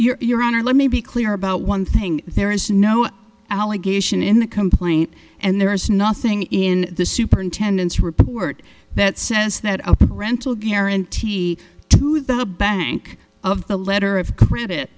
rangers your honor let me be clear about one thing there is no allegation in the complaint and there is nothing in the superintendents report that says that the rental guarantee to the bank of the letter of credit